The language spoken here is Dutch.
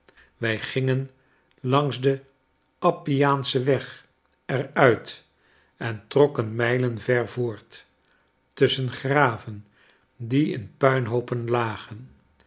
wij gingen langs den appiaanschen weg er uit en trokken mijlen ver voort tusschen graven die in puinhoopen lagen